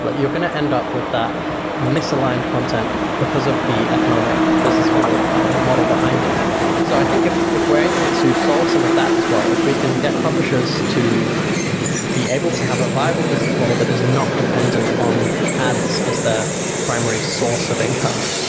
but you're going to end up with that misaligned content because of the economic business model model behind it so i think if if we're able to solve some of that as well, if we can get publishers to be able to have a viable business model that is not dependent on ads as their primary source of income,